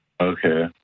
Okay